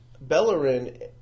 Bellerin